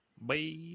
Bye